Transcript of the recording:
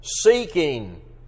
seeking